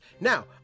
Now